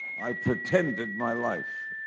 i pretended my life.